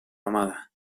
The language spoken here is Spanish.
amada